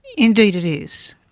indeed it is.